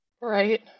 right